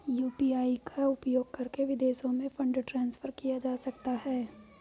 UPI का उपयोग करके विदेशों में फंड ट्रांसफर किया जा सकता है?